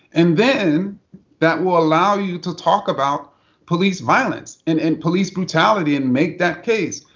and then that will allow you to talk about police violence and and police brutality and make that case.